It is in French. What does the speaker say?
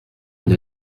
une